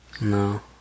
No